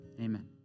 amen